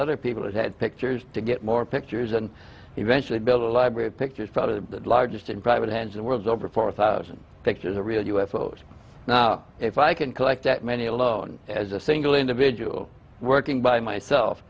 other people as had pictures to get more pictures and eventually build a library of pictures for the largest in private hands the world's over four thousand pictures a real u f o s now if i can collect that many alone as a single individual working by myself